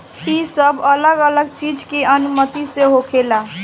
ई सब अलग अलग चीज के अनुमति से होखेला